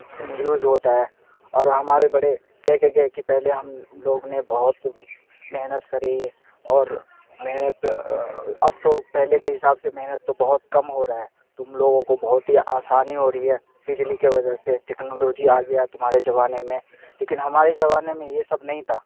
use ہوتا ہے اور ہمارے بڑے کہہ کے گئے کہ پہلے ہم لوگ نے بہت محنت کری اور محنت اب تو پہلے کے حساب سے محنت تو بہت کم ہو رہا ہے تم لوگوں کو بہت ہی آسانی ہو رہی ہے بجلی کے وجہ سے ٹیکنالوجی آگیا تمہارے زمانے میں لیکن ہمارے زمانے میں یہ سب نہیں تھا